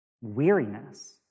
weariness